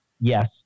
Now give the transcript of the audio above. yes